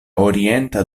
orienta